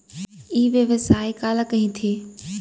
ई व्यवसाय काला कहिथे?